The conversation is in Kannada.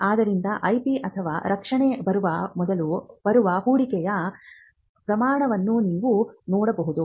ಆದ್ದರಿಂದ ಐಪಿ ಅಥವಾ ರಕ್ಷಣೆ ಬರುವ ಮೊದಲು ಬರುವ ಹೂಡಿಕೆಯ ಪ್ರಮಾಣವನ್ನು ನೀವು ನೋಡಬಹುದು